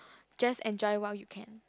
just enjoy while you can